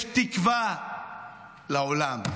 יש תקווה לעולם,